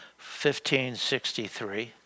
1563